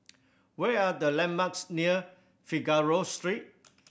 where are the landmarks near Figaro Street